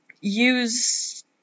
use